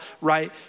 right